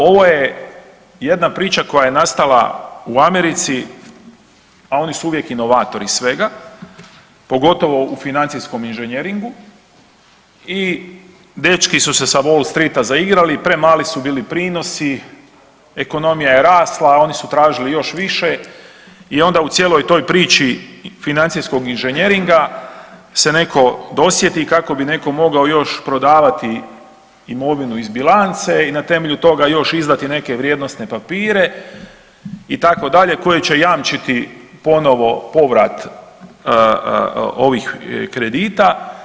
Ovo je jedna priča koja je nastala u Americi, a oni su uvijek inovatori svega, pogotovo u financijskom inženjeringu i dečki su se sa Wall Streeta zaigrali, premali su bili prinosi, ekonomija je rasla, a oni su tražili još više i onda u cijeloj toj priči financijskog inženjeringa se netko dosjetio kako bi netko mogao još prodavati imovinu iz bilance i na temelju toga još izdati neke vrijednosne papire itd. koji će jamčiti ponovno povrat ovih kredita.